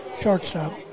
shortstop